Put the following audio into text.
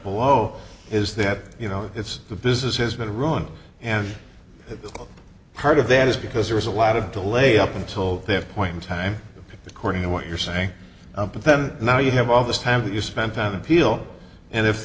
below is that you know it's the business has been run and part of that is because there is a lot of delay up until that point in time according to what you're saying but then now you have all this time you spent an appeal and if